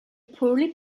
poorly